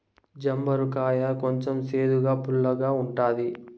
జంబూర కాయ కొంచెం సేదుగా, పుల్లగా ఉంటుంది